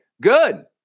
good